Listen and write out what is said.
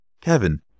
Kevin